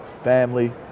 Family